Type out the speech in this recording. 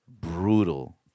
brutal